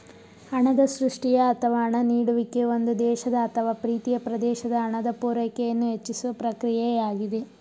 ಹಣದ ಸೃಷ್ಟಿಯ ಅಥವಾ ಹಣ ನೀಡುವಿಕೆ ಒಂದು ದೇಶದ ಅಥವಾ ಪ್ರೀತಿಯ ಪ್ರದೇಶದ ಹಣದ ಪೂರೈಕೆಯನ್ನು ಹೆಚ್ಚಿಸುವ ಪ್ರಕ್ರಿಯೆಯಾಗಿದೆ